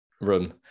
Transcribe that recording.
room